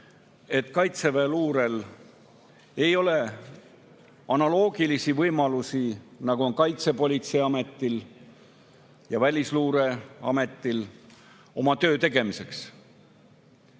et kaitseväeluurel ei ole analoogilisi võimalusi, nagu on Kaitsepolitseiametil ja Välisluureametil oma töö tegemiseks.